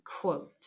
quote